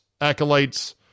acolytes